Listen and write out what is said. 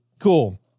cool